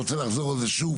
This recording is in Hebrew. רוצה לשמוע שוב